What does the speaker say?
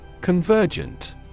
Convergent